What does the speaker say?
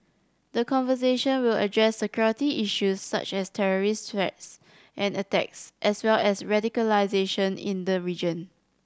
the conversation will address security issues such as terrorist threats and attacks as well as radicalisation in the region